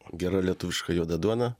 gera lietuviška juoda duona